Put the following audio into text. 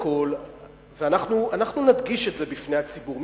אנחנו נדגיש את זה בפני הציבור.